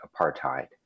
apartheid